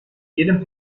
jedem